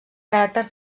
caràcter